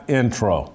intro